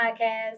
podcast